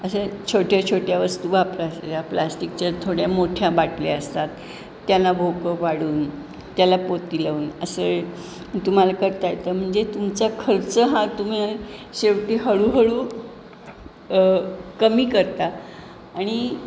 अशा छोट्या छोट्या वस्तू वापरायच्या प्लास्टिकच्या थोड्या मोठ्या बाटल्या असतात त्यांना भोकं पाडून त्याला पोती लावून असे तुम्हाला करता येतं म्हणजे तुमचा खर्च हा तुम्ही शेवटी हळूहळू कमी करता आणि